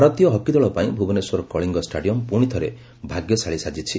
ଭାରତୀୟ ହକି ଦଳ ପାଇଁ ଭୁବନେଶ୍ୱର କଳିଙ୍ଗ ଷ୍ଟାଡିୟମ୍ ପୁଶିଥରେ ଭାଗ୍ୟଶାଳୀ ସାଜିଛି